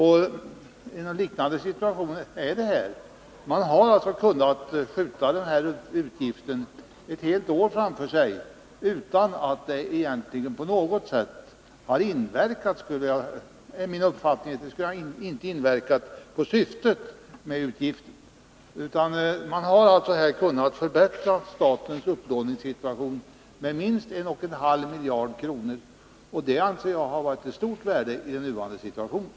Här hade man kunnat skjuta utgiften framför sig ett helt år utan att det, enligt min uppfattning, på något sätt hade inverkat på syftet med utgiften. Man hade alltså kunnat förbättra statens upplåningssituation med minst 1,5 miljarder kronor, och det anser jag hade varit av stort värde i den nuvarande situationen.